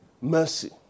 mercy